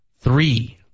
three